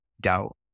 doubt